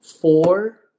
four